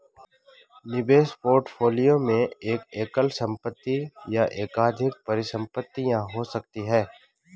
निवेश पोर्टफोलियो में एक एकल संपत्ति या एकाधिक परिसंपत्तियां हो सकती हैं